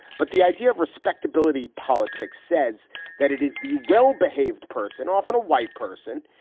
but the idea of respectability politics says that it is the well-behaved person, often a white person,